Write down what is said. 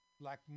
black